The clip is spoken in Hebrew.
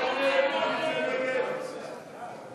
ההסתייגות היא של קבוצת סיעת המחנה הציוני: